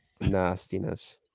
nastiness